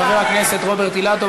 חבר הכנסת רוברט אילטוב,